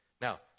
Now